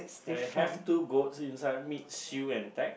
I have two goats inside meat shield and